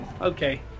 Okay